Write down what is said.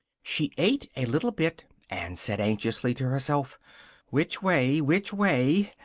she ate a little bit, and said anxiously to herself which way? which way?